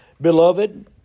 Beloved